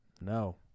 No